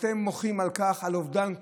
אתם מוחים על אובדן כוח,